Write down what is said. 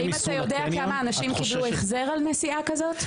אתה יודע כמה אנשים קיבלו החזר על נסיעה כזאת?